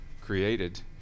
created